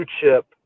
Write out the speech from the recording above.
chip